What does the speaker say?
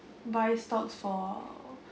buy stocks for